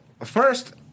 first